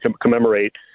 commemorate